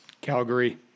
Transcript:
Calgary